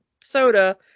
soda